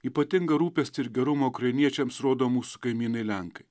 ypatingą rūpestį ir gerumą ukrainiečiams rodo mūsų kaimynai lenkai